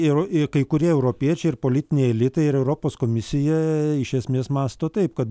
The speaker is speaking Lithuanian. ir ir kai kurie europiečiai ir politiniai elitai ir europos komisija iš esmės mąsto taip kad